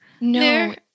No